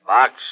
Box